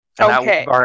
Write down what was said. Okay